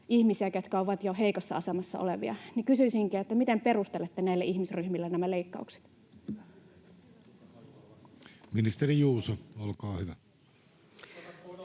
ihmisiä, jotka ovat jo heikossa asemassa olevia. Kysyisinkin: miten perustelette näille ihmisryhmille nämä leikkaukset? Kiitoksia. — Ministeri Juuso, olkaa hyvä.